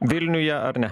vilniuje ar ne